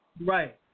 Right